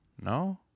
No